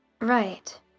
Right